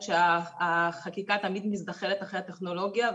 שהחקיקה תמיד מזדחלת אחרי הטכנולוגיה.